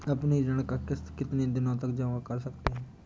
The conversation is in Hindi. अपनी ऋण का किश्त कितनी दिनों तक जमा कर सकते हैं?